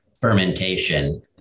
fermentation